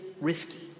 risky